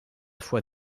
fois